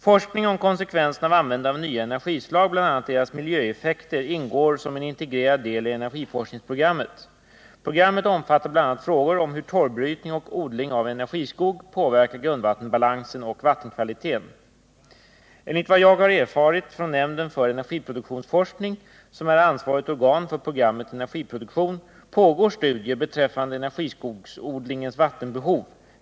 Forskning om konsekvenserna av användande av nya energislag, bl.a. deras miljöeffekter, ingår som en integrerad del i energiforskningsprogrammet. Programmet omfattar bl.a. frågor om hur torvbrytning och odling av energiskog påverkar grundvattenbalansen och vattenkvaliteten. Enligt vad jag har erfarit från nämnden för energiproduktionsforskning, som är ansvarigt organ för programmet energiproduktion, pågår studier beträffande energiskogsodlingens vattenbehov.